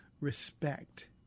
respect